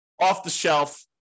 off-the-shelf